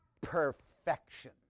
perfection